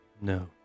No